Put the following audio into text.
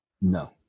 No